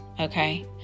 okay